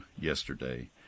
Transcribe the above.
yesterday